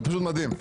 זה פשוט מדהים.